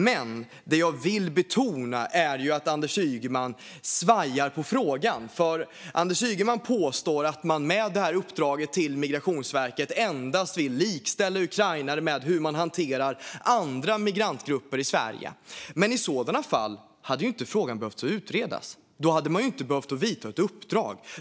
Det som jag vill betona är att Anders Ygeman svajar på frågan. Anders Ygeman påstår att man med detta uppdrag till Migrationsverket endast vill likställa hanteringen av ukrainare med hur man hanterar andra migrantgrupper i Sverige. Men i så fall hade frågan inte behövt utredas. Då hade man inte behövt vidta ett uppdrag.